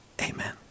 Amen